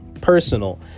personal